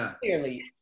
clearly